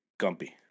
Gumpy